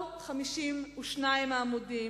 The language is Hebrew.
כל 52 העמודים,